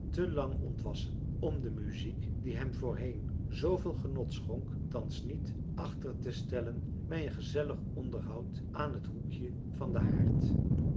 te lang ontwassen om de muziek die hem voorheen zooveel genot schonk thans niet achtertestellen bij een gezellig onderhoud aan het hoekje van den haard